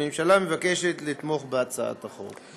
הממשלה מבקשת לתמוך בהצעת החוק.